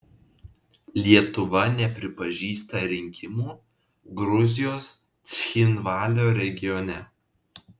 lietuva nepripažįsta rinkimų gruzijos cchinvalio regione